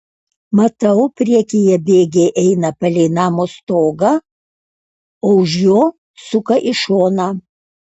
matau priekyje bėgiai eina palei namo stogą o už jo suka į šoną